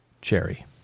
cherry